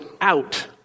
out